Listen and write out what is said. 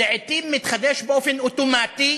שלעתים מתחדש באופן אוטומטי